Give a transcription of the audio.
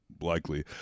likely